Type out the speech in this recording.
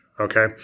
Okay